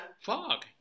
fog